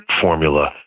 formula